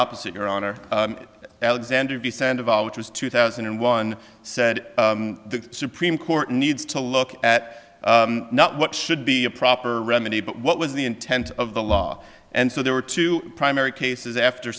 opposite your honor alexander v cent of all which was two thousand and one said the supreme court needs to look at what should be a proper remedy but what was the intent of the law and so there were two primary cases after